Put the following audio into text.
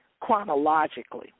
chronologically